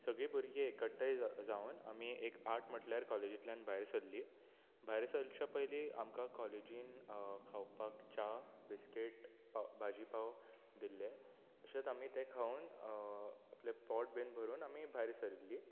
सगलीं भुरगीं एकठांय जावन आमी एक आठ म्हटल्यार काॅलेज्ंसान भायर सरलीं भायर सरच्या पयलीं आमकां काॅलेजीन खावपाक च्या बिस्कीट पाव भाजी पाव दिल्ले तशेंत आमी तें खावन आपलें पोट बी भरून आमी भायर सरिल्लीं